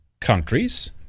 countries